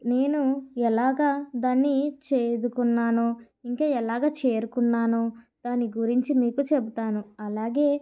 నేను ఎలాగా దాన్ని చేరుకున్నానో ఇంకా ఎలాగ చేరుకున్నానో దాని గురించి మీకు చెబుతాను అలాగే